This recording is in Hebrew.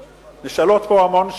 נשאלות פה המון שאלות,